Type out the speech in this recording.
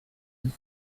dix